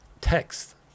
text